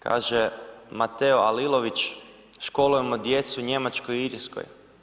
Kaže Mateo Alilović, školujemo djecu u Njemačkoj i Irskoj.